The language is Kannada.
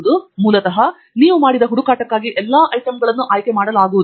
ನೀವು ಮೂಲತಃ ಮಾಡಿದ ಹುಡುಕಾಟಕ್ಕಾಗಿ ಎಲ್ಲಾ ಐಟಂಗಳನ್ನು ಆಯ್ಕೆ ಮಾಡಲಾಗುವುದಿಲ್ಲ